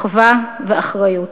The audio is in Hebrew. אחווה ואחריות.